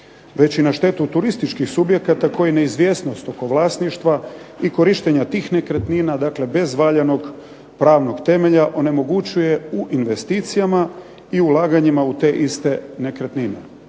već i na štetu turističkih subjekata koji neizvjesnost oko vlasništva i korištenja tih nekretnina, dakle bez valjanog pravnog temelja onemogućuje u investicijama i ulaganjima u te iste nekretnine.